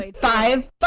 Five